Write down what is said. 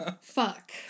Fuck